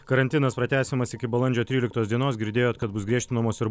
karantinas pratęsiamas iki balandžio tryliktos dienos girdėjot kad bus griežtinamos ir